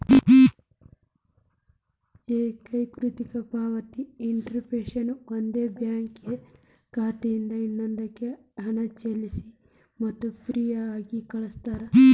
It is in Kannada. ಏಕೇಕೃತ ಪಾವತಿ ಇಂಟರ್ಫೇಸ್ ಒಂದು ಬ್ಯಾಂಕ್ ಖಾತೆಯಿಂದ ಇನ್ನೊಂದಕ್ಕ ಹಣ ಜಲ್ದಿ ಮತ್ತ ಫ್ರೇಯಾಗಿ ಕಳಸ್ತಾರ